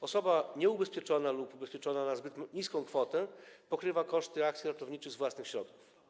Osoba nieubezpieczona lub ubezpieczona na zbyt niską kwotę pokrywa koszty akcji ratowniczych z własnych środków.